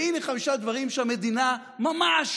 והינה חמישה דברים שהמדינה ממש